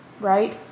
right